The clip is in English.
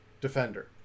defender